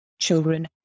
Children